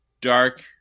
dark